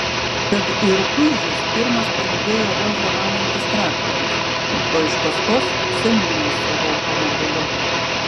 tad į rukuižius pirmas pajudėjo ruožą valantis traktorius o iš paskos seniūnas savo automobiliu